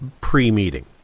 pre-meeting